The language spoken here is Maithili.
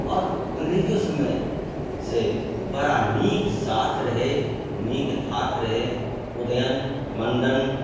आओर अंग्रेजियो सभमे से बड़ा नीक साख रहै बड़ा नीक धाक रहै उदयन मण्डन